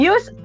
Use